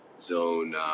zone